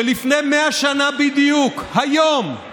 שלפני 100 שנה, בדיוק היום,